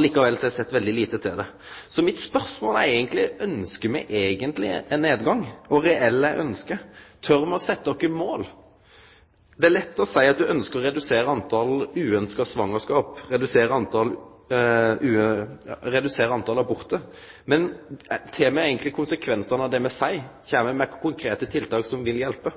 Likevel har eg sett veldig lite til det. Så mine spørsmål er: Ønskjer me eigentleg ein nedgang? Kor reelt er ønsket, og tør me setje oss mål? Det er lett å seie at ein ønskjer å redusere talet på abortar, men tek me konsekvensane av det me seier? Kjem me med konkrete tiltak som vil hjelpe?